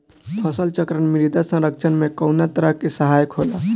फसल चक्रण मृदा संरक्षण में कउना तरह से सहायक होला?